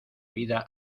vida